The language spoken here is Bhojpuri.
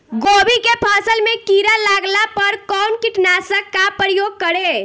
गोभी के फसल मे किड़ा लागला पर कउन कीटनाशक का प्रयोग करे?